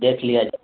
دیکھ لیا